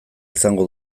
izango